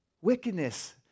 Wickedness